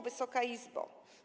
Wysoka Izbo!